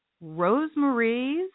Rosemary's